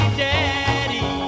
daddy